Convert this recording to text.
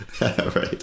Right